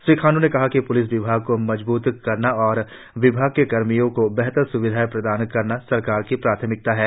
श्री खाण्ड्र ने कहा कि प्लिस विभाग को मजबूत करना और विभाग के कर्मियों को बेहतर सुविधाएं प्रदान करना सरकार की प्राथमिकता है